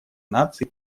наций